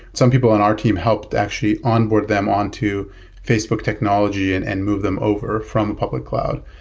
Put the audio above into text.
some people on our team helped actually onboard them onto facebook technology and and move them over from public cloud.